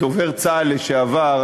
דובר צה"ל לשעבר,